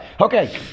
Okay